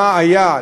מה היה,